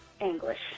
English